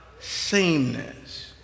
sameness